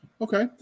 okay